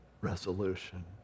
resolution